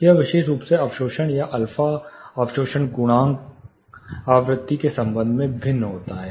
यह विशेष रूप से अवशोषण या α अवशोषण गुणांक आवृत्ति के संबंध में भिन्न होता है